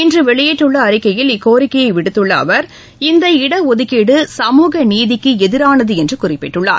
இன்று வெளியிட்டுள்ள அறிக்கையில் இக்கோரிக்கையை விடுத்துள்ள அவர் இந்த இடஒதுக்கீடு சமூகநீதிக்கு எதிரானது என்று குறிப்பிட்டுள்ளார்